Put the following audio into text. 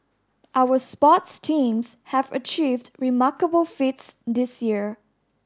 our sports teams have achieved remarkable feats this year